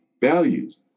values